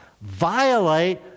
violate